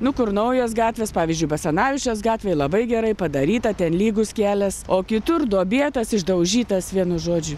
nu kur naujos gatvės pavyzdžiui basanavičiaus gatvėj labai gerai padaryta ten lygus kelias o kitur vietas išdaužytas vienu žodžiu